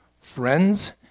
friends